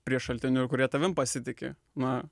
prie šaltinių kurie tavim pasitiki na